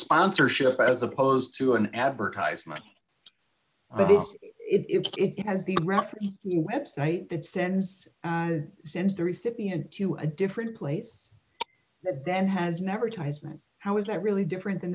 sponsorship as opposed to an advertisement but it has the rough website that sends and since the recipient to a different place then has never tries how is that really different than